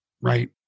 right